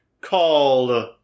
called